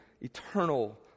eternal